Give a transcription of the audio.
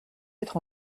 être